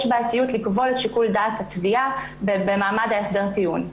בעייתיות לקבוע את שיקול דעת התביעה במעמד הסדר הטיעון.